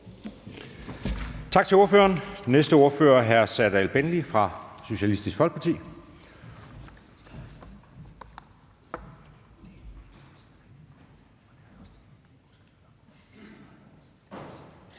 Tak til ordføreren. Næste ordfører er Serdal Benli, Socialistisk Folkeparti. Kl.